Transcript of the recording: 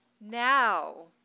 Now